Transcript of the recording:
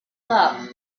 love